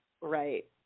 Right